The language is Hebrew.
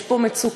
יש פה מצוקה,